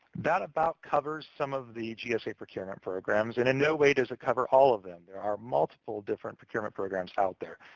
that about covers some of the gsa procurement programs, and in no way does it cover all of them. there are multiple different procurement programs out there,